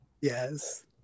Yes